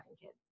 kids